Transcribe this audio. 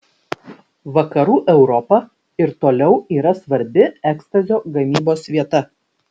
vakarų europa ir toliau yra svarbi ekstazio gamybos vieta